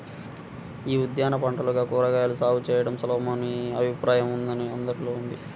యీ ఉద్యాన పంటలుగా కూరగాయల సాగు చేయడం సులభమనే అభిప్రాయం అందరిలో ఉంది